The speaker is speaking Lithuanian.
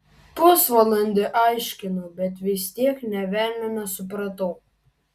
pusvalandį aiškino bet vis tiek nė velnio nesupratau